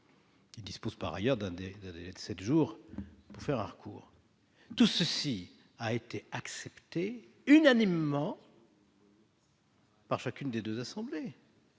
Il dispose, par ailleurs, d'un délai de sept jours pour faire un recours. Tout cela a été accepté unanimement par chacune des deux assemblées.